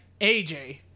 AJ